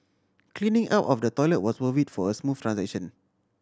cleaning up of the toilet was worth it for a smooth transaction